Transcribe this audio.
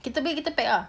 kita pergi kita pack ah